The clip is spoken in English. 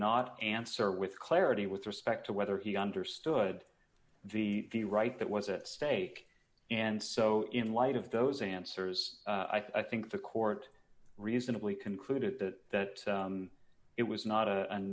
not answer with clarity with respect to whether he understood the the right that was at stake and so in light of those answers i think the court reasonably concluded that that it was not a